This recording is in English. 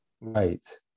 Right